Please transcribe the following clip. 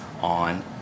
on